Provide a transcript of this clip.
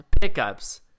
pickups